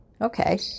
Okay